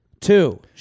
Two